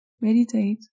meditate